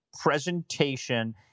presentation